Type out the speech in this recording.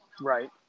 Right